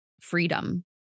Freedom